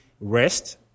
rest